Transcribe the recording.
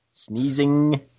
Sneezing